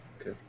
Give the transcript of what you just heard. Okay